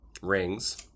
rings